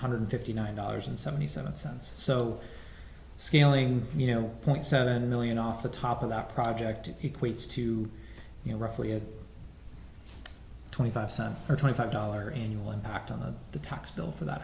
hundred fifty nine dollars and seventy seven cents so scaling you know point seven million off the top of that project equates to you know roughly a twenty five or twenty five dollar annual impact on the tax bill for that